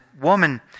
woman